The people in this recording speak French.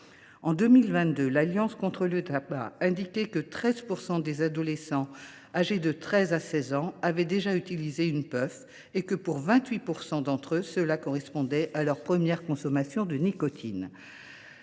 En 2022, l’Alliance contre le tabac indiquait que 13 % des adolescents âgés de 13 à 16 ans avaient déjà utilisé une puff et que, pour 28 % d’entre eux, cela correspondait à leur première consommation de nicotine.